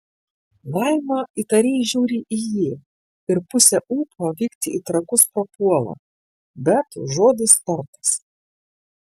laima įtariai žiūri į jį ir pusė ūpo vykti į trakus prapuola bet žodis tartas